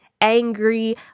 angry